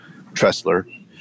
Tressler